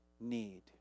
need